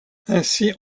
ainsi